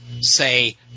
say